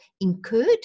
incurred